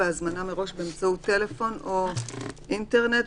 בהזמנה מראש באמצעות טלפון או המרשתת (אינטרנט),